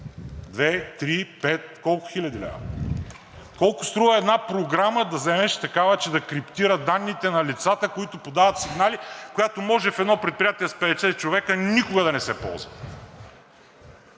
Две, три, пет – колко хиляди лева? Колко струва една програма, да вземеш такава, че да криптира данните на лицата, които подават сигнали, която може в едно предприятие с 50 човека никога да не се ползва?